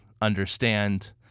understand